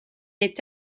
est